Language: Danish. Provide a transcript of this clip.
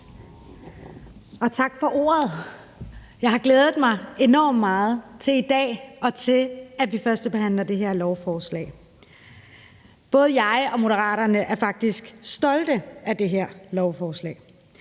Tak for ordet. Jeg har glædet mig enormt meget til i dag og til, at vi skulle førstebehandle det her lovforslag. Både jeg og Moderaterne er faktisk stolte af det her lovforslag,